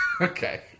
Okay